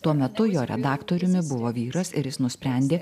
tuo metu jo redaktoriumi buvo vyras ir jis nusprendė